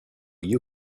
you